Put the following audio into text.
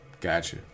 Gotcha